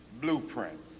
blueprint